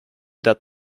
that